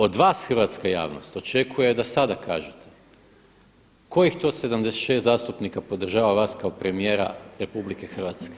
Od vas hrvatska javnost očekuje da sada kažete kojih to 76 zastupnika podržava vas kao premijera RH.